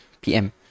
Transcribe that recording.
PM